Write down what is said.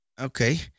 Okay